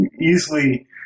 easily